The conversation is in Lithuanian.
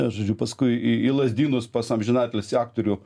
žodžiu paskui į į lazdynus pas amžinatilsį aktorių